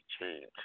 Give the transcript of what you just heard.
change